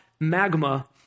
magma